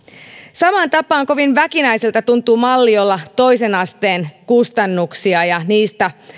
samaan tapaan kovin väkinäiseltä tuntuu malli jolla toisen asteen kustannuksia ja niistä